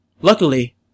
Luckily